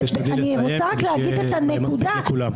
תשתדלי לסיים כדי שיהיה זמן לכולם.